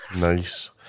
Nice